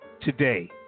today